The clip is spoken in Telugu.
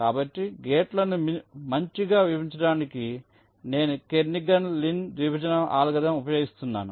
కాబట్టి గేట్ల ను మంచిగా విభజించడానికి నేను కెర్నిఘన్ లిన్ ద్వి విభజన అల్గోరిథం ఉపయోగిస్తున్నాను